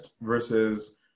versus